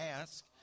ask